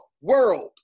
world